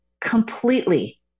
Completely